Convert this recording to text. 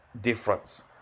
difference